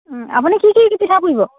আপুনি কি কি পিঠা পুৰিব